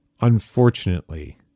unfortunately